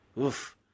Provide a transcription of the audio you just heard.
Oof